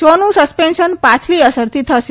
શોનું સસ્પેન્શન પાછલી અસરથી થશે